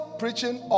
preaching